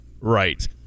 Right